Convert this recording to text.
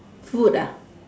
food ah